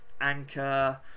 anchor